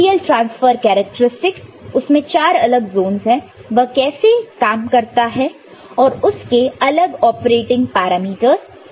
TTL transfer characteristic उसमें चार अलग जोनस है वह कैसे काम करता है और उसके अलग ऑपरेटिंग पैरामीटरस